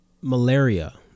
malaria